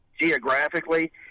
geographically